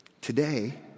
today